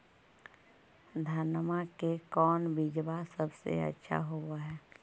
धनमा के कौन बिजबा सबसे अच्छा होव है?